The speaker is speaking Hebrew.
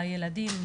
הילדים.